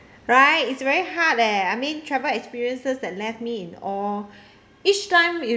right it's very hard leh I mean travel experiences that left me in awe each time you